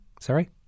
sorry